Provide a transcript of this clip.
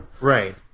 Right